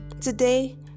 Today